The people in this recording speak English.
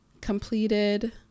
completed